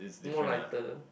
more lighter